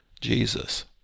Jesus